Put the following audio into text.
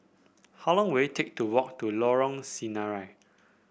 how long will it take to walk to Lorong Sinaran